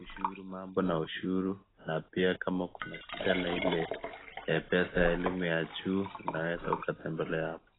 ushuru mambo na ushuru na pia kama kuna shida na ile pesa na elimu ya chuo unaweza ukatembelea hapo.